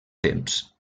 temps